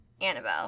Annabelle